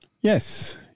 Yes